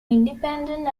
independent